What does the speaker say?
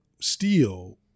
steel